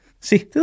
See